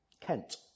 Kent